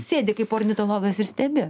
sėdi kaip ornitologas ir stebi